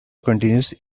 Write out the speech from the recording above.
continues